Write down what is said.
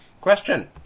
question